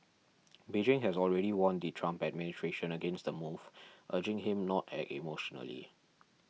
Beijing has already warned the Trump administration against the move urging him not act emotionally